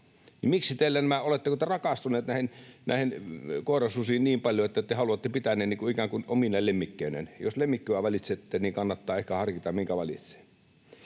Oletteko te rakastuneet näihin koirasusiin niin paljon, että te haluatte pitää ne ikään kuin omina lemmikkeinä? Jos lemmikkiä valitsette, niin kannattaa ehkä harkita, minkä valitsee.